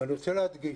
אני רוצה להדגיש,